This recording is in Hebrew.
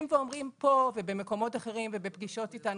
ואומרים פה ובמקומות אחרים ובפגישות אתנו,